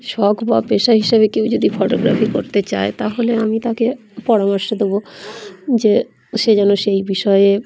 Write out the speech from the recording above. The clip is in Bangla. শখ বা পেশা হিসাবে কেউ যদি ফটোগ্রাফি করতে চায় তাহলে আমি তাকে পরামর্শ দেবো যে সে যেন সেই বিষয়ে